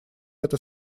это